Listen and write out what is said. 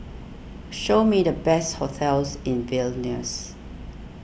show me the best hotels in Vilnius